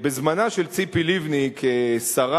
בזמנה של ציפי לבני כשרה,